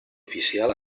oficial